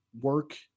work